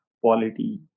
quality